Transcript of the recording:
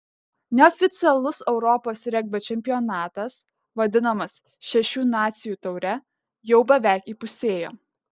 neoficialus europos regbio čempionatas vadinamas šešių nacijų taure jau beveik įpusėjo